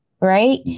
right